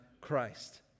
Christ